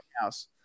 House